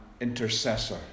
intercessor